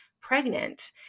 pregnant